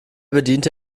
bediente